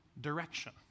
direction